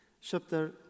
chapter